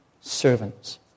servants